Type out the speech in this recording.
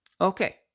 Okay